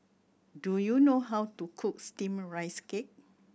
do you know how to cook Steamed Rice Cake